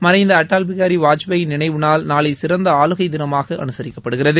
மறைந்த அடல்பிகாரி வாஜ்பாயின் நினைவு நாள் நாளை சிறந்த ஆளுகை தினமாக அனுசரிக்கப்படுகிறது